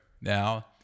now